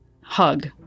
hug